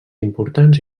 importants